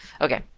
Okay